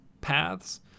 paths